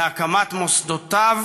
להקמת מוסדותיו